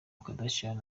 kardashian